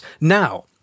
now